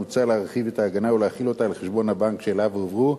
מוצע להרחיב את ההגנה ולהחיל אותה על חשבון הבנק שאליו הועברו,